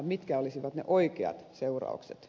mitkä olisivat ne oikeat seuraukset